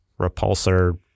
repulsor